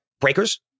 Breakers